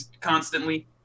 constantly